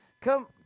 Come